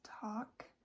talk